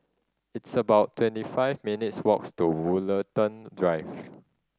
it's about twenty five minutes' walks to Woollerton Drive